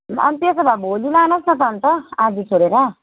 अनि त्यसो भए भोलि लानुहोस् न त अन्त आज छोडेर